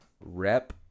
rep